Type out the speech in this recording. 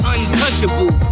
Untouchable